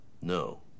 No